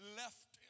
left